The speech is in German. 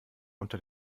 unter